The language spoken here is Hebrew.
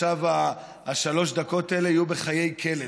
עכשיו השלוש דקות האלה יהיו בחיי כלב,